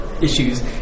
Issues